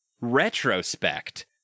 retrospect